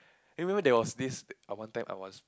eh remember there was thing one time I was